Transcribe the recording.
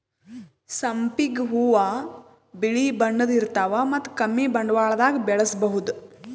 ಸಂಪಿಗ್ ಹೂವಾ ಬಿಳಿ ಬಣ್ಣದ್ ಇರ್ತವ್ ಮತ್ತ್ ಕಮ್ಮಿ ಬಂಡವಾಳ್ದಾಗ್ ಬೆಳಸಬಹುದ್